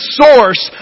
source